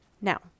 Now